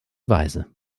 weise